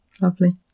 lovely